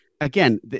Again